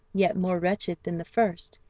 yet more wretched than the first,